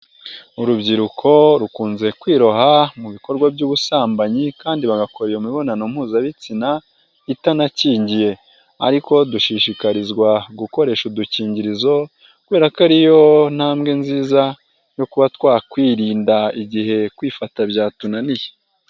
Urubyiruko rukunze kwiroha mu bikorwa by'ubusambanyi kandi bagakora iyo imibonano mpuzabitsina itanakingiye ariko dushishikarizwa gukoresha udukingirizo kubera ko ari yo ntambwe nziza yo kuba twakwirinda igihe kwifata byatunaniye.